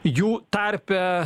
jų tarpe